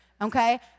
okay